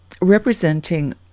representing